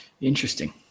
Interesting